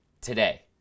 today